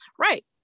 right